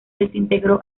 desintegró